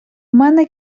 мене